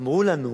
אמרו לנו,